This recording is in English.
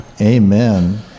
Amen